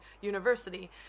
university